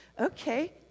okay